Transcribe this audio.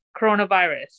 coronavirus